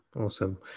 Awesome